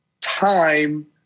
time